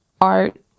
art